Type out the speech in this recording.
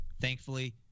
thankfully